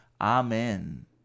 Amen